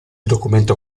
documento